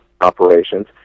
operations